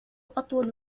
أطول